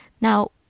Now